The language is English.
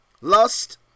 lust